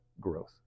growth